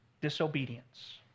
disobedience